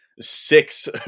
six